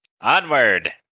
Onward